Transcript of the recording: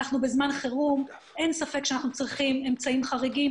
אנחנו נמצאים בזמן חירום ואין ספק שאנחנו צריכים אמצעים חריגים,